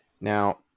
now